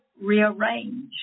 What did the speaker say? rearrange